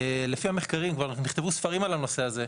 לפי המחקרים, כבר נכתבו ספרים על הנושא הזה.